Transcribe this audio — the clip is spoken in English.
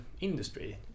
industry